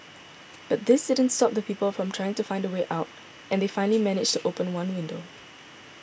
but this didn't stop people from trying to find a way out and they finally managed to open one window